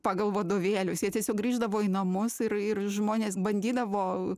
pagal vadovėlius jie tiesiog grįždavo į namus ir ir žmonės bandydavo